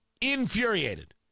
Infuriated